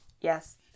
yes